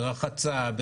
ורחצה,